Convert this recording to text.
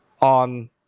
on